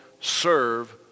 serve